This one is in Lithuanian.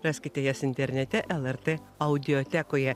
raskite jas internete lrt audiotekoje